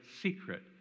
secret